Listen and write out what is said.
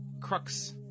crux